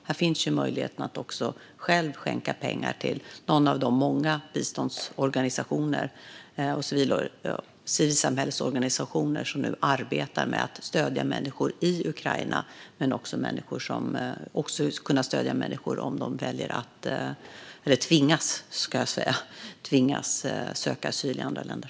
Det finns ju också möjligheter att själv skänka pengar till någon av de många biståndsorganisationer och civilsamhällesorganisationer som nu arbetar med att stödja människor i Ukraina samt med att stödja människor om de väljer - eller tvingas, ska jag säga - att söka asyl i andra länder.